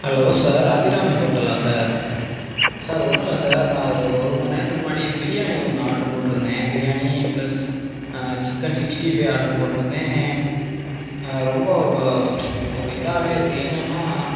hello sir Abirami ஹோட்டலா sir sir ஒன்னுல்லை sir நான் ஒரு ஒரு மணிநேரத்துக்கு முன்னாடி பிரியாணி ஒன்று ஆர்டர் போட்டு இருந்தேன் biryani plus chicken sixty five order போட்டிருந்தேன் ரொம்ப இப்போது ஒரு இதாகவே இருக்குது என்னென்னால்